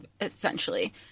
essentially